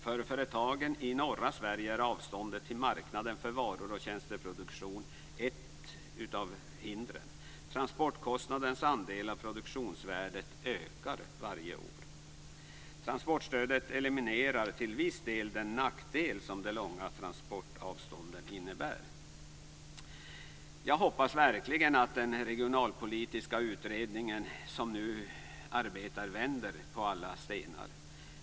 För företagen i norra Sverige är avståndet till marknaden för varuoch tjänsteproduktion ett av hindren. Transportkostnadens andel av produktionsvärdet ökar varje år. Transportstödet eliminerar till viss del den nackdel som de långa transportavstånden innebär. Jag hoppas verkligen att den regionalpolitiska utredning som nu arbetar vänder på alla stenar.